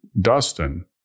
Dustin